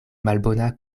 malbona